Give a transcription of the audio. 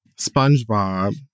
SpongeBob